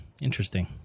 Interesting